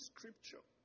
Scripture